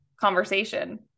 conversation